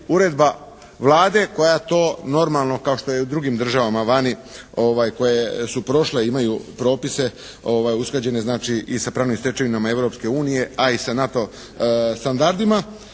uredba Vlade koja to normalno kao što je i u drugim državama vani koje su prošle i imaju propise usklađene znači i sa pravnim stečevinama Europske unije, a i sa NATO standardima,